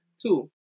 Two